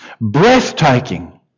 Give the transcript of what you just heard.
breathtaking